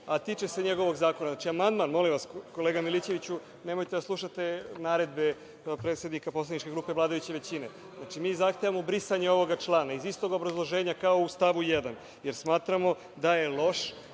a tiče se njegovog zakona. Znači, amandman, molim vas, kolega Milićeviću, nemojte da slušate naredbe predsednika poslaničke grupe vladajuće većine, znači, mi zahtevamo brisanje ovog člana iz istog obrazloženja kao u stavu 1. jer smatramo da je loš